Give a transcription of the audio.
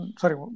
sorry